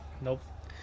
Nope